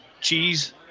cheese